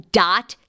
dot